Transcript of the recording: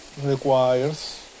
requires